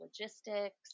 logistics